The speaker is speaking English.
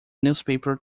newspaper